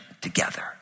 together